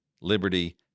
liberty